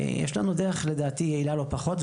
אז יש לנו דרך שהיא יעילה לא פחות.